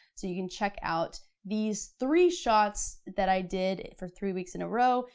so you can check out these three shots that i did for three weeks in a row,